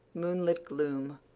moonlit gloom,